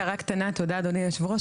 רק הערה קטנה, תודה אדוני היו"ר.